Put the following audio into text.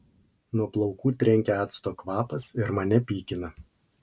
nuo plaukų trenkia acto kvapas ir mane pykina